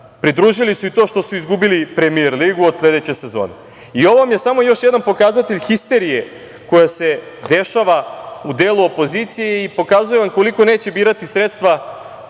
pridružili su i to što su izgubili Premijer ligu od sledeće sezone. I ovo vam je samo još jedan pokazatelj histerije koja se dešava u delu opozicije i pokazuje vam koliko neće birati sredstva